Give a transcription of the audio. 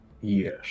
Yes